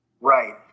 Right